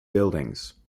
buildings